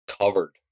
covered